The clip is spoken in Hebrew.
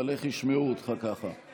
אבל איך ישמעו אותך ככה?